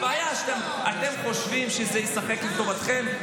הבעיה, אתם חושבים שזה ישחק לטובתכם?